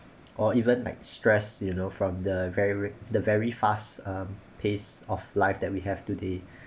or even like stress you know from the very the very fast um pace of life that we have today